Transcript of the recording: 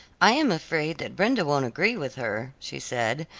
i am afraid that brenda won't agree with her, she said,